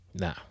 No